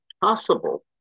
possible